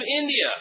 India